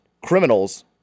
criminals